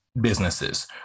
businesses